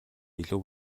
илүү